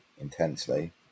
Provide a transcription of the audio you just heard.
intensely